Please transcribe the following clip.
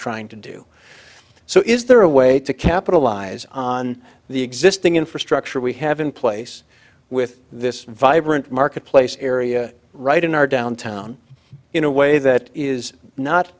trying to do so is there a way to capitalize on the existing infrastructure we have in place with this vibrant marketplace area right in our downtown in a way that is not